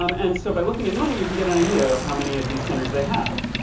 um and so by looking at money, you can get an idea of how many of these centers they have.